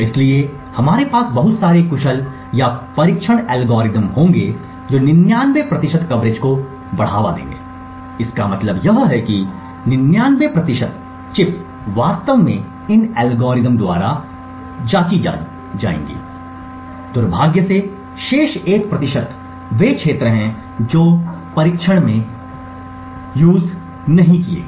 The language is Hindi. इसलिए हमारे पास बहुत सारे कुशल या परीक्षण एल्गोरिदम होंगे जो 99 प्रतिशत कवरेज को बढ़ावा देंगे इसका मतलब यह है कि 99 प्रतिशत चिप वास्तव में इन एल्गोरिदम द्वारा जांच की जाती है दुर्भाग्य से शेष 1 प्रतिशत वे क्षेत्र हैं जो परीक्षण नहीं किया गया